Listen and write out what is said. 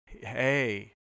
Hey